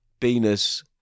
Venus